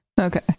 Okay